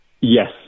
Yes